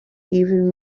even